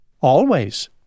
Always